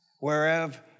whereof